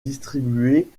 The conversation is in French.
distribués